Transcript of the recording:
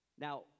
Now